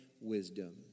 wisdom